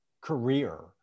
career